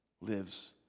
lives